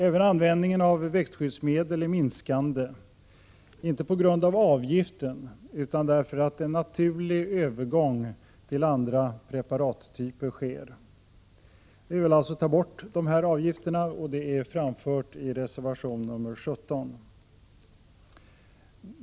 Även användningen av växtskyddsmedel minskade, inte på grund av avgiften utan därför att en naturlig övergång till andra preparattyper sker. Vi vill alltså ta bort dessa avgifter, vilket är framfört i reservation 17.